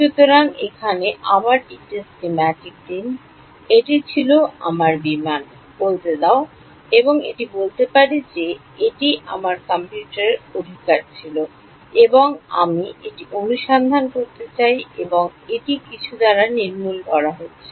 সুতরাং এখানে আবার একটি স্কিম্যাটিক দিন এটি ছিল আমার বিমান বলতে দাও এবং এটি বলতে পারি যে এটি আমার কম্পিউটারের অধিকার ছিল এবং আমি এটি অনুসন্ধান করতে চাই এবং এটি কিছু দ্বারা নির্মূল করা হচ্ছে